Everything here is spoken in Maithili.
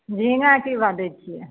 झींगा की भाव दै छियै